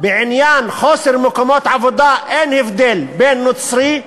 בעניין חוסר מקומות עבודה אין הבדל בין נוצרי,